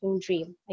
dream